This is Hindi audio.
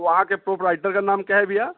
वहाँ के प्रोप्राइटर का नाम क्या है भइया